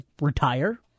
retire